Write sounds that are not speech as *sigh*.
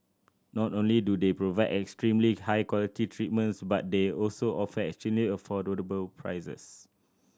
not only do they provide extremely high quality treatments but they also offer extremely *unintelligible* prices